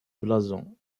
blason